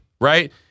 right